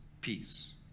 peace